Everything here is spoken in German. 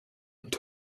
und